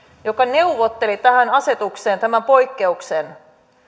joka neuvotteli asetukseen tämän poikkeuksen